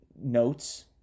notes